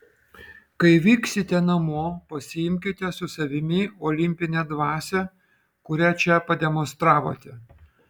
kai vyksite namo pasiimkite su savimi olimpinę dvasią kurią čia pademonstravote